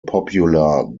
popular